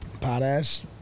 Potash